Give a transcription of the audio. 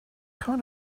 kind